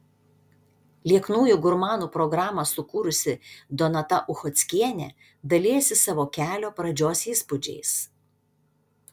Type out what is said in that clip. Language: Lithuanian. lieknųjų gurmanų programą sukūrusi donata uchockienė dalijasi savo kelio pradžios įspūdžiais